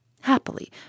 Happily